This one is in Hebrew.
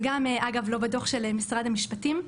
וגם אגב לא בדוח של משרד המשפטים,